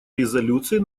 резолюции